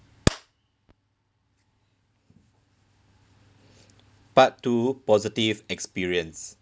part two positive experience